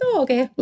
okay